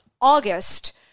August